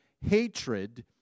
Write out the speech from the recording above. hatred